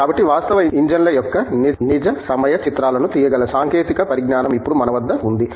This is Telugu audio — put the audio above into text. కాబట్టి వాస్తవ ఇంజిన్ల యొక్క నిజ సమయ చిత్రాలను తీయగల సాంకేతిక పరిజ్ఞానం ఇప్పుడు మన వద్ద ఉంది